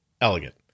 elegant